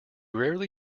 rarely